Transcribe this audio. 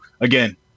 again